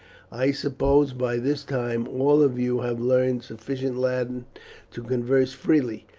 i suppose by this time all of you have learned sufficient latin to converse freely.